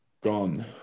gone